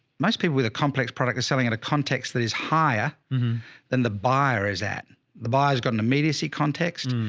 most people with a complex product is selling at a context that is higher than the buyer is at the bar, has got an immediacy context.